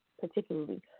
particularly